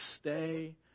stay